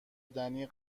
دنی